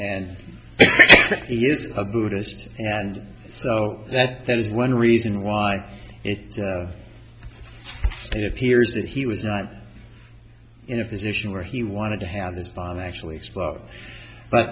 and he is a buddhist and so that there is one reason why it appears that he was not in a position where he wanted to have this bomb actually